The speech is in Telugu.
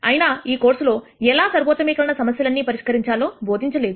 అయినా ఈ కోర్సు లో ఎలా సర్వోత్తమీకరణం సమస్యలన్నీ పరిష్కరించాలో బోధించలేదు